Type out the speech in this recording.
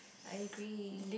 I agree